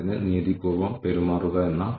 ഒരു ഐപിഒയേക്കാൾ വിശദമായ ഒന്നാണ് കോസൽ ചെയിൻ